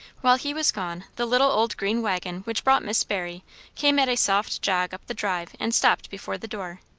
while he was gone, the little old green waggon which brought miss barry came at a soft jog up the drive and stopped before the door.